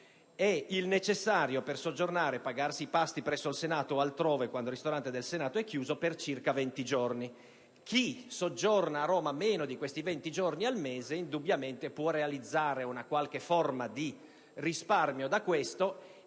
e il necessario per soggiornare e pagarsi i pasti presso il Senato, o altrove, quando il ristorante del Senato è chiuso, per circa 20 giorni. Chi soggiorna a Roma meno di 20 giorni al mese indubbiamente può realizzare una qualche forma di risparmio da questo